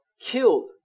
killed